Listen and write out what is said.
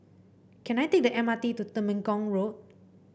can I take the M R T to Temenggong Road